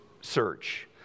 search